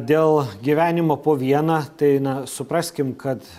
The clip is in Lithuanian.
dėl gyvenimo po vieną tai supraskim kad